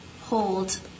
hold